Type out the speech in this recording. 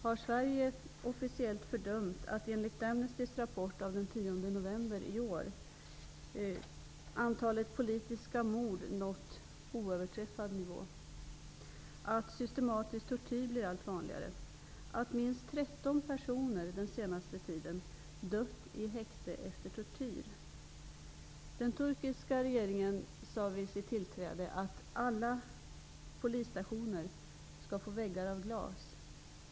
Har Sverige officiellt fördömt förhållandet att, enligt Amnestys rapport den 10 november i år, antalet ''politiska mord nått oöverträffad nivå''? Har Sverige fördömt att systematisk tortyr blir allt vanligare och att minst tretton personer den senaste tiden dött i häkte efter tortyr? Den turkiska regeringen sade vid sitt tillträde att alla polisstationer skall få väggar av glas.